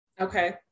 Okay